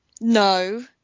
No